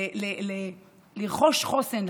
לרכוש חוסן,